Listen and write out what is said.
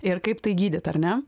ir kaip tai gydyt ar ne